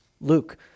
Luke